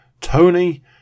Tony